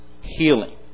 healing